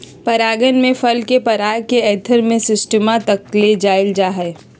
परागण में फल के पराग के एंथर से स्टिग्मा तक ले जाल जाहई